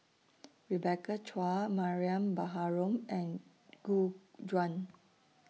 Rebecca Chua Mariam Baharom and Gu Juan